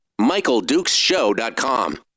MichaelDukesShow.com